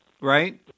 Right